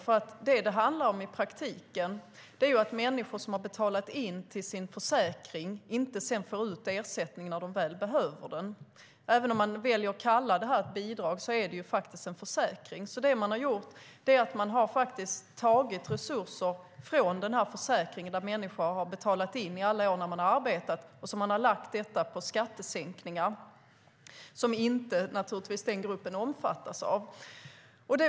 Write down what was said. I praktiken handlar det om att människor som har betalat in till sin försäkring sedan inte får ut ersättningen när de väl behöver den. Även om man väljer att kalla detta för ett bidrag är det faktiskt en försäkring. Man har tagit resurser från försäkringen som människor har betalat in till i alla år som de har arbetat. Sedan har man lagt detta på skattesänkningar som den gruppen naturligtvis inte omfattas av.